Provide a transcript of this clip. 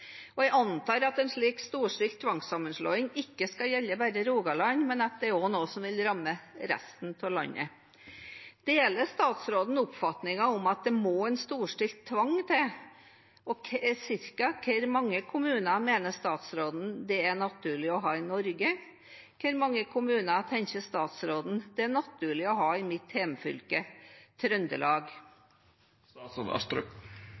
Jeg antar at en slik storstilt tvangssammenslåing ikke skal gjelde bare Rogaland, men at det er noe som også vil ramme resten av landet. Deler statsråden oppfatningen om at det må en storstilt tvang til – og cirka hvor mange kommuner mener statsråden det er naturlig å ha i Norge? Hvor mange kommuner tenker statsråden det er naturlig å ha i mitt hjemfylke, Trøndelag?